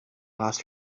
lost